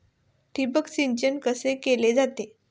ठिबक सिंचन कसे केले जाते?